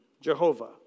Jehovah